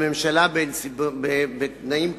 הממשלה, בתנאים כאלה,